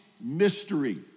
mystery